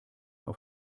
auf